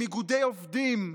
איגודי עובדים,